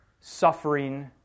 suffering